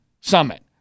summit